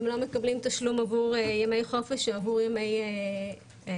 הם לא מקבלים תשלום עבור ימי חופש ועבור ימי חג,